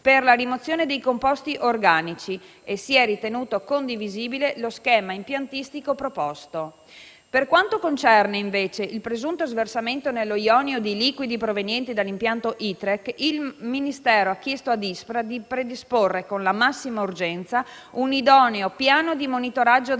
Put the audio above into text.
per la rimozione dei composti organici e si è ritenuto condivisibile lo schema impiantistico proposto. Per quanto concerne, invece, il presunto sversamento nello Ionio di liquidi provenienti dall'impianto ITREC, il Ministero ha chiesto ad ISPRA di predisporre con la massima urgenza un idoneo piano di monitoraggio dell'area